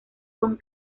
son